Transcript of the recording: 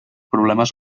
problemes